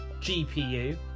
GPU